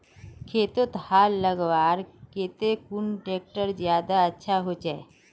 खेतोत हाल लगवार केते कुन ट्रैक्टर ज्यादा अच्छा होचए?